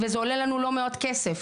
וזה עולה לנו לא מעט כסף,